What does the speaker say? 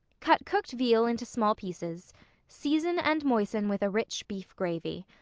cut cooked veal into small pieces season and moisten with a rich beef gravy.